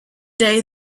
day